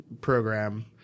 program